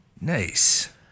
Nice